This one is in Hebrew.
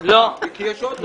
כי יש עוד.